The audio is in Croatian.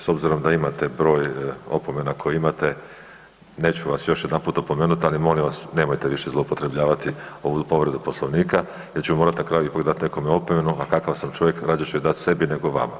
S obzirom da imate broj opomena koji imate, neću vas još jedanput opomenuti ali molim vas nemojte više zloupotrebljavati ovu povredu Poslovnika jer ću morat na kraju dat ipak nekome opomenu, a kakav sam čovjek rađe ću je dati sebi nego vama.